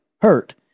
hurt